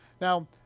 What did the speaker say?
Now